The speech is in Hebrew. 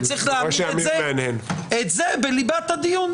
וצריך להעמיד את זה בליבת הדיון.